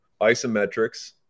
Isometrics